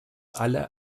alle